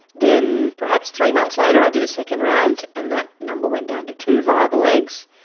then perhaps three months later i did a second round and that number went down to two viable eggs.